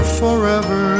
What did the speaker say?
forever